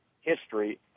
history